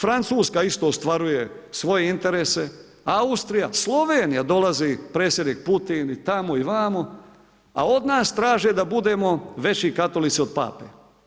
Francuska isto ostvaruje svoje interese, Austrija, Slovenija dolazi, predsjednik Putin i tamo i vamo a od nas traže da budemo veći katolici od Pape.